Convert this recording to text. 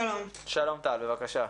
שלום טל, בבקשה.